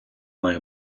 має